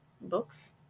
Books